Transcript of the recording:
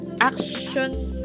action